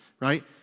right